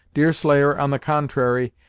deerslayer, on the contrary,